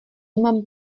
mám